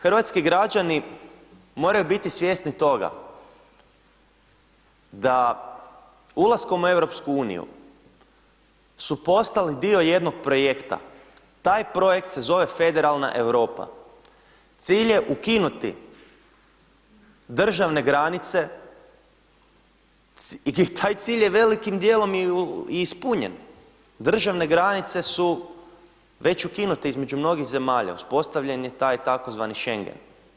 Hrvatski građani moraju biti svjesni toga da ulaskom u EU su postali dio jednog projekta, taj projekt se zove federalna Europa. cilj je ukinuti državne granice i taj cilj je velikim dijelom i ispunjen, državne granice su već ukinute između mnogih zemalja, uspostavljen je taj tzv. Schengen.